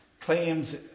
claims